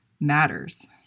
matters